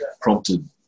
prompted